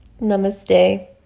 Namaste